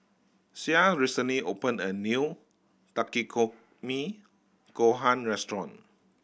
Sie recently opened a new Takikomi Gohan Restaurant